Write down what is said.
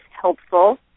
helpful